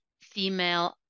female